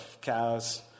cows